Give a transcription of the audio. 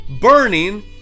Burning